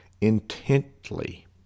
intently